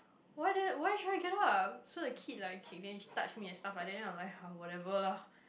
why di~ why should I get up so the kid like okay touch me and stuff like then I was like whatever lah